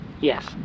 Yes